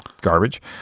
Garbage